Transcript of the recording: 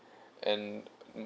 and